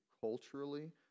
culturally